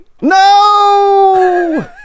no